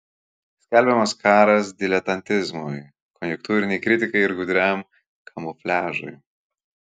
skelbiamas karas diletantizmui konjunktūrinei kritikai ar gudriam kamufliažui